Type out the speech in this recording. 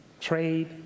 trade